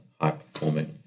high-performing